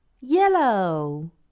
Yellow